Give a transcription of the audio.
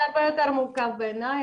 זה הרבה יותר מורכב בעיני,